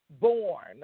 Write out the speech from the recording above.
born